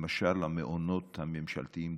למשל המעונות הממשלתיים,